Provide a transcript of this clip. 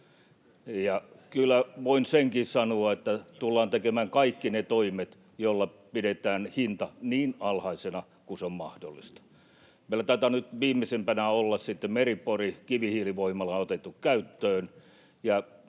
voin senkin sanoa, että tullaan tekemään kaikki ne toimet, joilla pidetään hinta niin alhaisena kuin se on mahdollista. Meillä taitaa nyt viimeisimpänä olla Meri-Porin kivihiilivoimala otettu käyttöön,